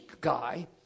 guy